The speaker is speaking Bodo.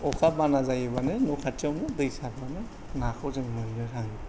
अखा बाना जायोब्लानो न'खाथियावनो दै सारनानै नाखौ जों मोननो हायो